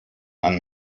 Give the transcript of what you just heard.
ein